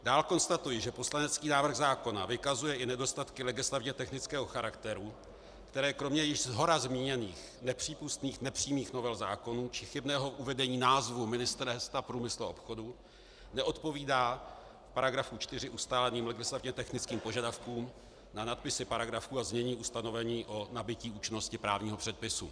Dál konstatuji, že poslanecký návrh zákona vykazuje i nedostatky legislativně technického charakteru, které kromě již shora zmíněných nepřípustných nepřímých novel zákonů či chybného uvedení názvů Ministerstva průmyslu a obchodu neodpovídá v § 4 ustáleným legislativně technickým požadavkům na nadpisy paragrafů a znění ustanovení o nabytí účinnosti právního předpisu.